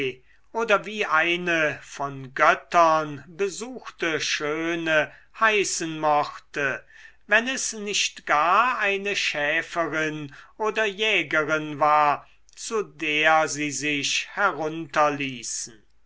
oder wie eine von göttern besuchte schöne heißen mochte wenn es nicht gar eine schäferin oder jägerin war zu der sie sich